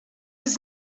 his